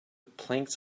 planks